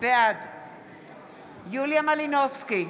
בעד יוליה מלינובסקי,